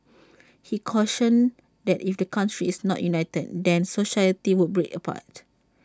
he cautioned that if the country is not united then society would break apart